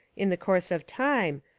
in the course of time,